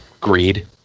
Greed